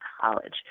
college